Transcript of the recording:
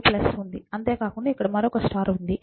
అంతేకాకుండా ఇక్కడ మరొక స్టార్ ఉంది